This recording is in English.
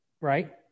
right